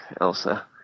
Elsa